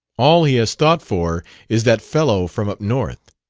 all he has thought for is that fellow from up north.